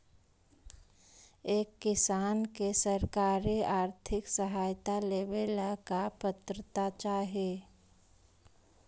एक किसान के सरकारी आर्थिक सहायता लेवेला का पात्रता चाही?